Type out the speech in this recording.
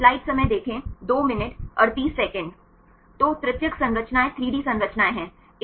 तो तृतीयक संरचनाएं 3 डी संरचनाएं हैं